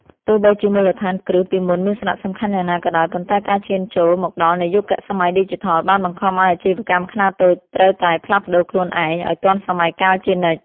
ទោះបីជាមូលដ្ឋានគ្រឹះពីមុនមានសារៈសំខាន់យ៉ាងណាក៏ដោយ ប៉ុន្តែការឈានចូលមកដល់នៃយុគសម័យឌីជីថលបានបង្ខំឱ្យអាជីវកម្មខ្នាតតូចត្រូវតែផ្លាស់ប្តូរខ្លួនឯងឱ្យទាន់សម័យកាលជានិច្ច។